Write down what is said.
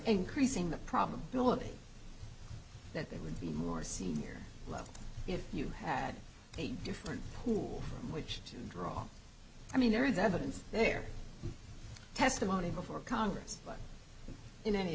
increasing the probability that they would be more senior level if you had a different pool which to draw i mean there is evidence there testimony before congress in any